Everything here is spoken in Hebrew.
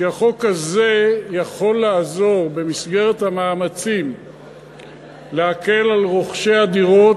כי החוק הזה יכול לעזור במסגרת המאמצים להקל על רוכשי הדירות.